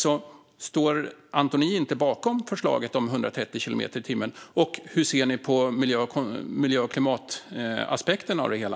Står Antoni inte bakom förslaget om 130 kilometer i timmen? Hur ser ni på miljö och klimataspekterna av det hela?